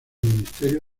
ministerio